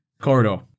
Corridor